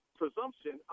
presumption